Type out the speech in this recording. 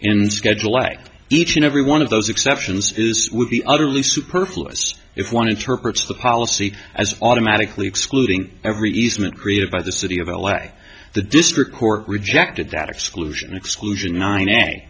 and schedule like each and every one of those exceptions is the utterly superfluous if one interprets the policy as automatically excluding every easement created by the city of l a the district court rejected that exclusion exclusion nine a